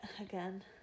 again